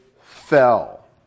fell